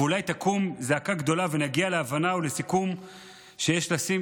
ואולי תקום זעקה גדולה ונגיע להבנה ולסיכום שיש לשים